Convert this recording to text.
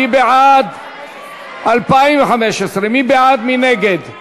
מי בעד ומי נגד?